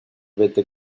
vete